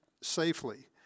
safely